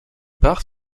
part